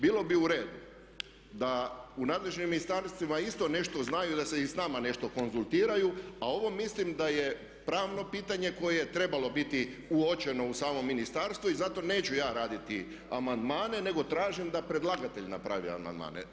Bilo bi u redu da u nadležnim ministarstvima isto nešto znaju i da se i s nama nešto konzultiraju a ovo mislim da je pravno pitanje koje je trebalo biti uočeno u samom ministarstvu i zato neću ja raditi amandmane nego tražim da predlagatelj napravi amandmane.